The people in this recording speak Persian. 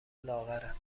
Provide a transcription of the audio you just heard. لاغره